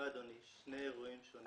אלה שני אירועים שונים.